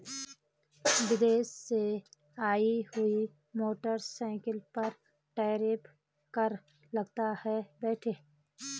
विदेश से आई हुई मोटरसाइकिल पर टैरिफ कर लगता है बेटे